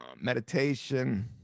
meditation